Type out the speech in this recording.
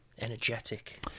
energetic